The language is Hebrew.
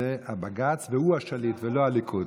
זה בג"ץ, והוא השליט ולא הליכוד.